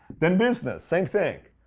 then business, same thing.